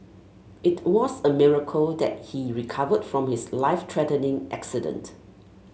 it was a miracle that he recovered from his life threatening accident